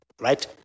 right